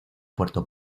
puerto